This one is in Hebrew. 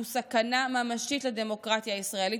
הוא סכנה ממשית לדמוקרטיה הישראלית,